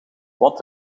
wat